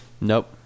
Nope